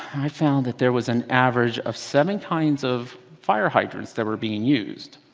i found that there was an average of seven kinds of firefighters that were being used.